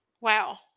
Wow